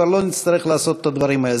כבר לא נצטרך לעשות את הדברים האלה.